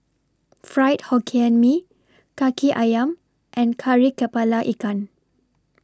Fried Hokkien Mee Kaki Ayam and Kari Kepala Ikan